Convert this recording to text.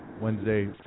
Wednesday